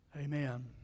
Amen